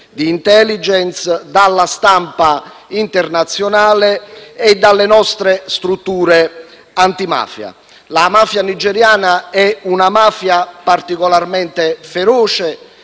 di *intelligence*, dalla stampa internazionale e dalle nostre strutture antimafia. La mafia nigeriana è una mafia particolarmente feroce,